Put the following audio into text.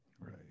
Right